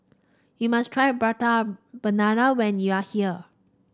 you must try Prata Banana when you are here